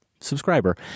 subscriber